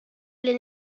les